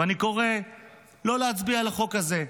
ואני וקורא לא להצביע לחוק הזה.